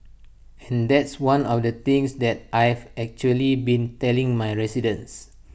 and that's one of the things that I have actually been telling my residents